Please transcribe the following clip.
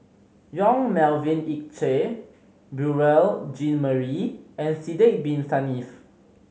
Yong Melvin Yik Chye Beurel Jean Marie and Sidek Bin Saniff